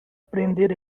aprender